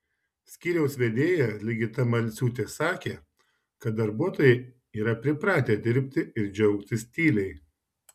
skyriaus vedėja ligita malciūtė sakė kad darbuotojai yra pripratę dirbti ir džiaugtis tyliai